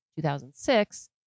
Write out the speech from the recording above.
2006